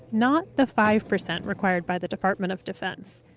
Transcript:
not the five percent required by the department of defense.